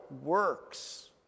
works